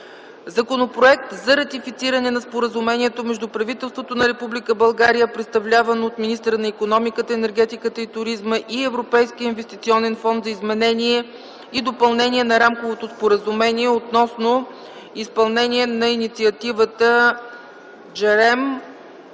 Законопроект за ратифициране на Споразумението между правителството на Република България, представлявано от министъра на икономиката, енергетиката и туризма, и Европейския инвестиционен фонд за изменение и допълнение на Рамковото споразумение относно изпълнението на инициативата JEREMIE